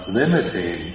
limiting